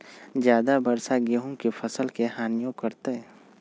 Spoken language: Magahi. ज्यादा वर्षा गेंहू के फसल के हानियों करतै?